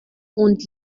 und